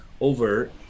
over